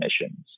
emissions